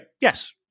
Yes